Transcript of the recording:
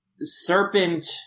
serpent